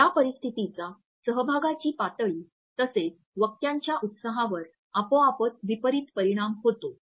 या परिस्थितीचा सहभागाची पातळी तसेच वक्त्यांच्या उत्साहावर आपोआपच विपरित परिणाम होतो